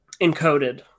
encoded